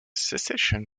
secession